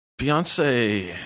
beyonce